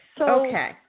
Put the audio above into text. Okay